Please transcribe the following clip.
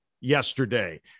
yesterday